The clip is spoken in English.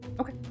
Okay